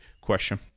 question